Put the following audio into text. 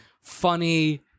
funny